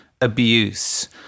abuse